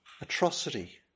atrocity